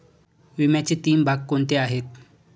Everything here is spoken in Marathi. विम्याचे तीन भाग कोणते आहेत?